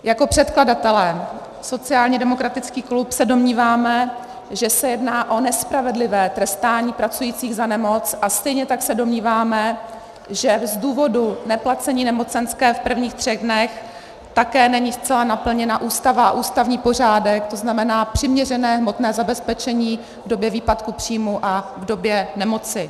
Jako předkladatelé sociálně demokratický klub se domníváme, že se jedná o nespravedlivé trestání pracujících za nemoc, a stejně tak se domníváme, že z důvodu neplacení nemocenské v prvních třech dnech také není zcela naplněna Ústava a ústavní pořádek, to znamená přiměřené hmotné zabezpečení v době výpadku příjmu a v době nemoci.